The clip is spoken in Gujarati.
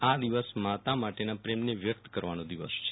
આ દિવસ માતા માટેના પ્રેમને વ્યક્ત કરવાનો દિવસ છે